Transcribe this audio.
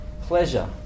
pleasure